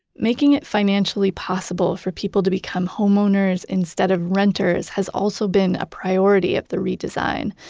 making it financially possible for people to become homeowners instead of renters has also been a priority of the redesign.